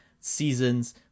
seasons